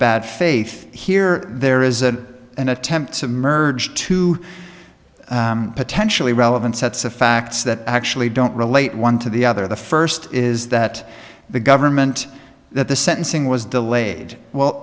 bad faith here there is an attempt to merge two potentially relevant sets of facts that actually don't relate one to the other the first is that the government that the sentencing was del